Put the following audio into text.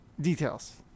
Details